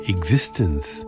Existence